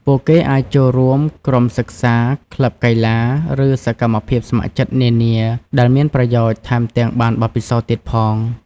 ពួកគេអាចចូលរួមក្រុមសិក្សា ក្លឹបកីឡា ឬសកម្មភាពស្ម័គ្រចិត្តនានាដែលមានប្រយោជន៍ ថែមទាំងបានបទពិសោធន៍ទៀតផង។